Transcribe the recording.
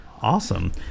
Awesome